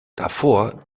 davor